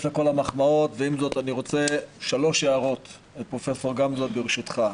לכל המחמאות ועם זאת אני רוצה שלוש הערות לפרופ' גמזו ברשותך.